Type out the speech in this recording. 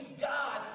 God